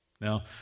Now